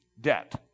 debt